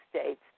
States